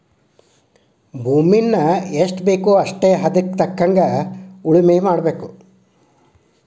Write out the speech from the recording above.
ಭೂಮಿಯನ್ನಾ ಎಷ್ಟಬೇಕೋ ಅಷ್ಟೇ ಹದಕ್ಕ ತಕ್ಕಂಗ ಉಳುಮೆ ಮಾಡಬೇಕ